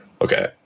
Okay